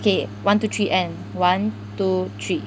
K one two three end one two three